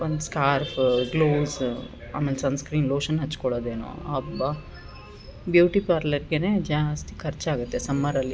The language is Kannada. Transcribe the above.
ಒಂದು ಸ್ಕಾರ್ಫ್ ಗ್ಲೌಸ್ ಆಮೇಲೆ ಸನ್ಸ್ಕ್ರೀನ್ ಲೋಶನ್ ಹಚ್ಕೊಳ್ಳೋದೇನು ಅಬ್ಬ ಬ್ಯೂಟಿ ಪಾರ್ಲರ್ಗೆ ಜಾಸ್ತಿ ಖರ್ಚ್ ಆಗುತ್ತೆ ಸಮ್ಮರಲ್ಲಿ